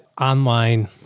online